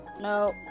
No